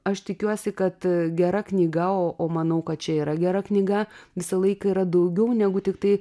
aš tikiuosi kad gera knyga o o manau kad čia yra gera knyga visą laiką yra daugiau negu tiktai